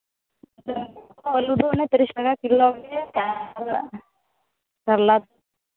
ᱟᱹᱞᱩ ᱫᱚ ᱚᱱᱮ ᱛᱤᱨᱤᱥ ᱴᱟᱠᱟ ᱠᱤᱞᱳ ᱜᱮ ᱠᱟᱨᱞᱟ